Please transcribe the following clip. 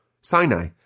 Sinai